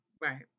Right